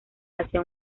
hacia